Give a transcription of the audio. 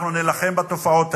אנחנו נילחם בתופעות האלה,